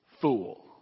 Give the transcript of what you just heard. fool